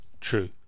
true